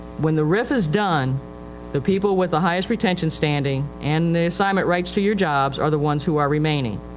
when the rif is done the people with the highest retention standing and the assignment rights to your jobs are the ones who are remaining.